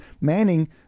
Manning